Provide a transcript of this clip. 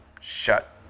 shut